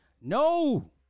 no